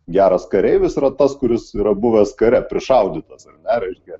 geras kareivis yra tas kuris yra buvęs kare prišaudytas ar ne reiškia